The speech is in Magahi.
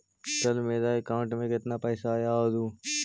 कल मेरा अकाउंटस में कितना पैसा आया ऊ?